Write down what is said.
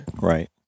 right